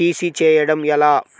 CC చేయడము ఎలా?